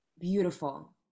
beautiful